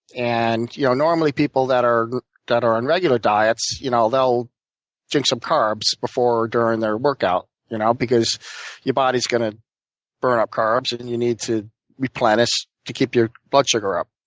and normally people that are that are on regular diets, you know they'll drink some carbs before during their workout. you know because your body is going to burn up carbs and and you need to replenish to keep your blood sugar up.